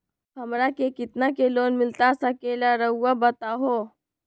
हमरा के कितना के लोन मिलता सके ला रायुआ बताहो?